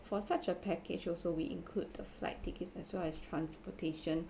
for such a package also we include the flight tickets as well as transportation